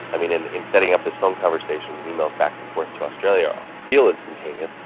i mean, in in setting up this phone conversation, emails back and forth to australia feel instantaneous,